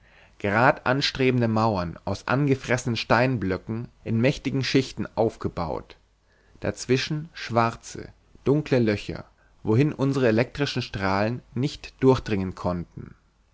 grad anstrebende mauern aus angefressenen steinblöcken in mächtigen schichten aufgebaut dazwischen schwarze dunkle löcher wohin unsere elektrischen strahlen nicht durchdringen konnten